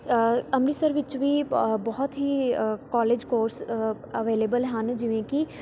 ਅੰਮ੍ਰਿਤਸਰ ਵਿੱਚ ਵੀ ਬ ਬਹੁਤ ਹੀ ਕੋਲਜ ਕੋਰਸ ਅਵੇਲੇਵਲ ਹਨ ਜਿਵੇਂ ਕਿ